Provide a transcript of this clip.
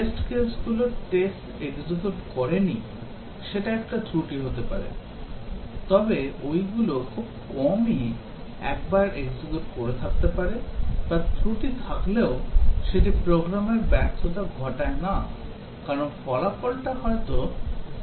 test case গুলো execute করেনি সেটা একটা ত্রুটি হতে পারে তবে ওইগুলো খুব কমই একবার এক্সিকিউট করে থাকতে পারে বা ত্রুটি থাকলেও সেটি প্রোগ্রামের ব্যর্থতা ঘটায় না কারণ ফলাফলটা হয়তো গ্রহণযোগ্য